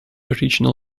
original